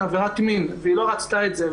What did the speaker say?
עבירת מין והיא לא רצתה את זה,